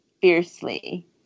fiercely